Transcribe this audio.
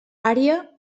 àrea